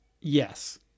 yes